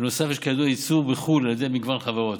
בנוסף, יש ייצור בחו"ל על ידי מגוון חברות.